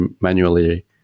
manually